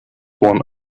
won